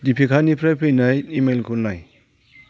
दिपिकानिफ्राय फैनाय इमेइलखौ नाय